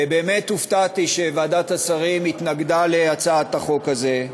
באמת הופתעתי שוועדת השרים התנגדה להצעת החוק הזאת,